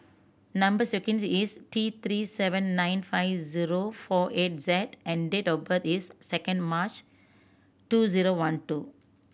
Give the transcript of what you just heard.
number sequence is T Three seven nine five zero four eight Z and date of birth is second March two zero one two